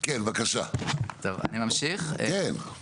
אם העיכובים שנוצרו הם בלי קשר לוועדה המחוזית אלא בשל --- זאת אומרת,